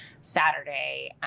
Saturday